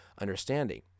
understanding